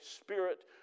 Spirit